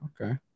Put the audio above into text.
Okay